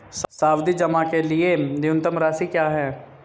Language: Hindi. सावधि जमा के लिए न्यूनतम राशि क्या है?